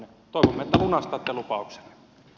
toivomme että lunastatte lupauksenne